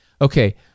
okay